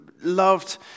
loved